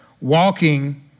walking